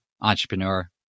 entrepreneur